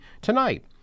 tonight